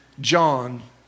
John